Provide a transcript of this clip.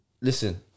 listen